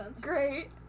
great